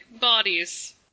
bodies